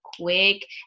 quick